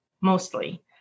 mostly